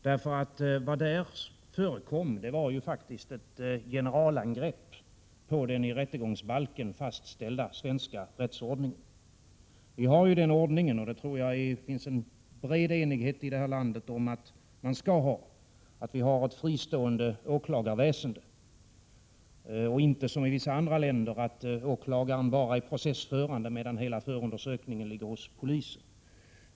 Vad som där förekom var faktiskt ett generalangrepp på den i rättegångsbalken fastställda svenska rättsordningen. Vi har ju — och jag tror att det i det här landet råder en bred enighet om att vi skall ha det så — ett fristående åklagarväsende, och det är inte som i vissa andra länder så, att åklagaren bara är processförande, medan hela förundersökningen ligger hos polisen.